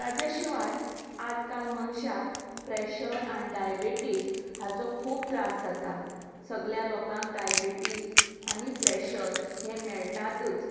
ताज्या शिवाय आज काल मनशाक प्रॅशर आनी डायबिटाझ हाचो खूब त्रास जाता सगल्या लोकांक डायबिटीझ आनी प्रॅशर हें मेळटातूच